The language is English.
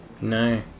No